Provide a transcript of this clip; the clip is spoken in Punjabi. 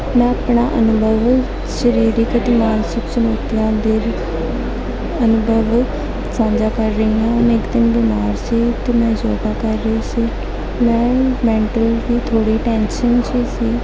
ਮੈਂ ਆਪਣਾ ਅਨੁਭਵ ਸਰੀਰਿਕ ਅਤੇ ਮਾਨਸਿਕ ਚੁਣੌਤੀਆਂ ਦਾ ਅਨੁਭਵ ਸਾਂਝਾ ਕਰ ਰਹੀ ਹਾਂ ਮੈਂ ਇੱਕ ਦਿਨ ਬਿਮਾਰ ਸੀ ਅਤੇ ਮੈਂ ਯੋਗਾ ਕਰ ਰਹੀ ਸੀ ਮੈਂ ਮੈਂਟਲੀ ਵੀ ਥੋੜ੍ਹੀ ਟੈਨਸ਼ਨ 'ਚ ਹੀ ਸੀ